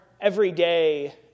everyday